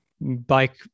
bike